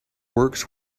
works